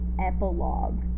epilogue